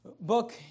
book